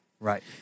Right